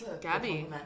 Gabby